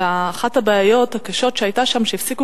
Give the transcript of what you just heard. אלא אחת הבעיות הקשות שהיתה שם היא שהפסיקו